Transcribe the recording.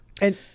And-